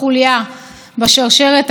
אנחנו רגילים לשיטה: מתקפה,